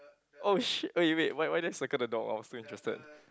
!oh-shit! okay wait why why did I circle the dog I was still interested